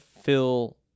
fill